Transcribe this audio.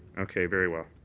okay, very well.